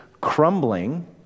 crumbling